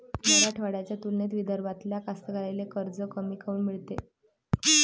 मराठवाड्याच्या तुलनेत विदर्भातल्या कास्तकाराइले कर्ज कमी काऊन मिळते?